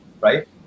right